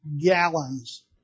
gallons